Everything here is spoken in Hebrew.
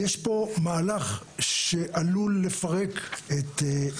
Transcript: יש פה מהלך שעלול לפרק את,